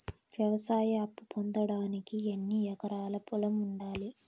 వ్యవసాయ అప్పు పొందడానికి ఎన్ని ఎకరాల పొలం ఉండాలి?